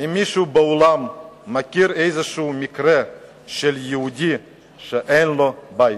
האם מישהו בעולם מכיר איזה מקרה של יהודי שאין לו בית?